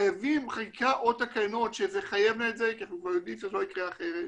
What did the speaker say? חייבים חקיקה או תקנות שיחייבו את זה כי אנחנו יודעים שזה לא יקרה אחרת.